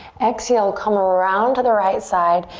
exhale, come around to the right side.